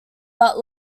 but